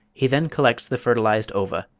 he then collects the fertilised ova,